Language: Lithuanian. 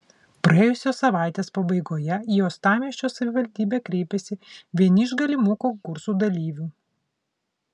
praėjusios savaitės pabaigoje į uostamiesčio savivaldybę kreipėsi vieni iš galimų konkursų dalyvių